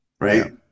right